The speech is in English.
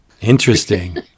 Interesting